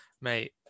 Mate